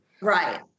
Right